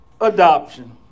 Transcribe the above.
adoption